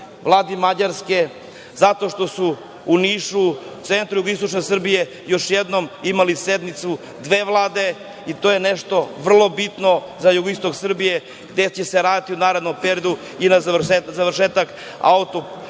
Vladi Mađarske, zato što su u Nišu, centru jugoistočne Srbije, još jednom imali sednicu dve vlade. To je nešto vrlo bitno za jugoistok Srbije gde će se raditi u narednom periodu i na završetku autokrakova,